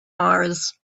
mars